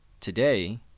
today